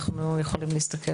אנחנו יכולים להסתכל.